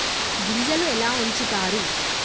గింజలు ఎలా ఉంచుతారు?